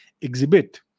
exhibit